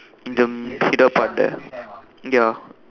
in the middle part there ya